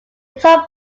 top